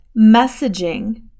messaging